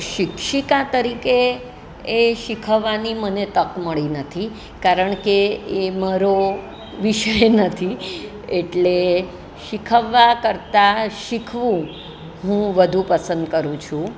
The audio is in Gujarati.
શિક્ષિકા તરીકે એ શીખવવાની મને તક મળી નથી કારણ કે એ મારો વિષય નથી એટલે શીખવવા કરતા શીખવું હું વધુ પસંદ કરું છું